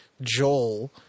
Joel